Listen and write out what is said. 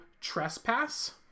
trespass